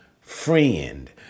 friend